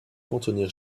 contenir